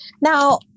Now